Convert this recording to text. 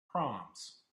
proms